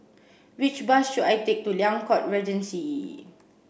which bus should I take to Liang Court Regency